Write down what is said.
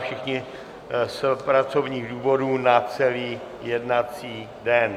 Všichni z pracovních důvodů na celý jednací den.